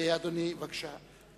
אדוני, בבקשה.